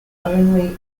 only